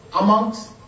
amongst